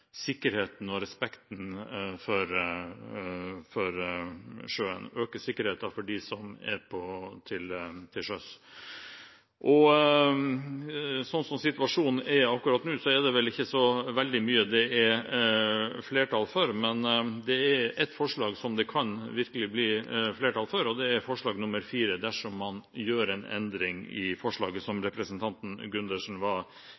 sikkerheten og respekten for sjøen – øke sikkerheten for dem som er til sjøs. Sånn som situasjonen er akkurat nå, er det vel ikke så veldig mye det er flertall for, men det er et forslag som det virkelig kan blir flertall for, og det er forslag nr. 4, dersom man gjør en endring i forslaget, som representanten Gundersen var